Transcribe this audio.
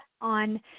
on